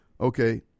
Okay